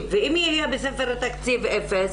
התקציב ואם יהיה בספר התקציב אפס?